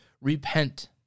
repent